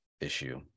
issue